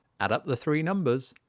add up the three numbers,